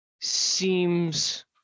seems